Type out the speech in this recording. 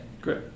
Great